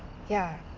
yeah.